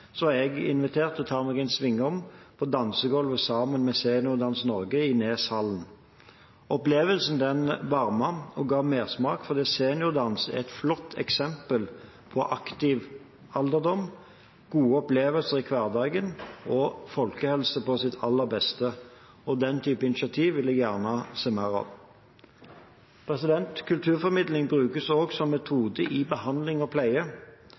svingom på dansegulvet sammen med Seniordans Norge i Neshallen. Opplevelsen varmet og ga mersmak fordi seniordans er et flott eksempel på aktiv alderdom og gode opplevelser i hverdagen, og det er folkehelse på sitt aller beste. Denne typen initiativ vil jeg gjerne se mer av. Kulturformidling brukes også som metode i behandling og pleie.